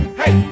hey